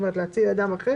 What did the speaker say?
כלומר להציל אדם אחר